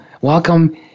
welcome